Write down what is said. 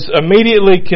immediately